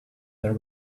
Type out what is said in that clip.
their